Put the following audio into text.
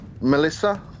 Melissa